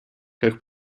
как